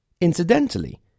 Incidentally